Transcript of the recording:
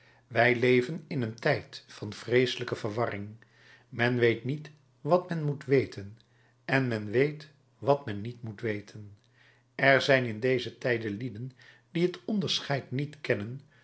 wij leven in een tijd van vreeselijke verwarring men weet niet wat men moet weten en men weet wat men niet moet weten er zijn in dezen tijd lieden die het onderscheid niet kennen